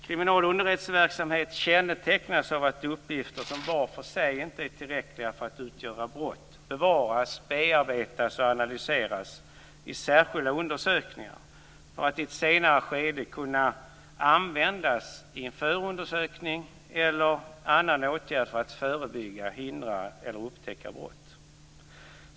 Kriminalunderrättelseverksamhet kännetecknas av att uppgifter som var för sig inte är tillräckliga för att utgöra brott bevaras, bearbetas och analyseras i särskilda undersökningar för att i ett senare skede kunna användas i en förundersökning eller i samband med annan åtgärd för att förebygga, hindra eller upptäcka brott.